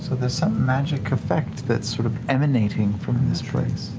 there's some magic effect that's sort of emanating from this place.